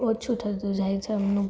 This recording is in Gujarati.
ઓછું થતું જાય છે એમનું